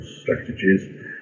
strategies